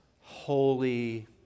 holy